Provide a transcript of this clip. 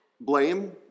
blame